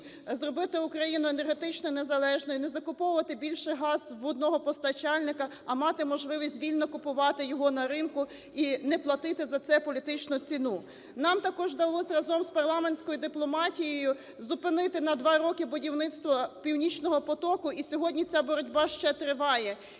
зробити Україну енергетично незалежною, не закуповувати більше газ в одного постачальника, а мати можливість вільно купувати його на ринку і платити за це політичну ціну. Нам також вдалося разом з парламентською дипломатією зупинити на два роки будівництво "Північного потоку", і сьогодні ця боротьба ще триває.